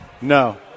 No